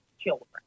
children